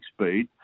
speed